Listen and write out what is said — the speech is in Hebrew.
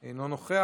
אינו נוכח,